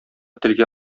телгә